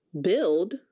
build